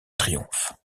triomphe